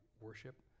worship